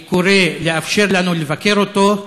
אני קורא לאפשר לנו לבקר אותו.